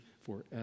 forever